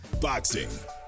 Boxing